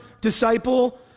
disciple